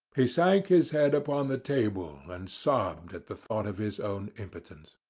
he sank his head upon the table and sobbed at the thought of his own impotence.